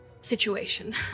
situation